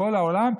בכל העולם,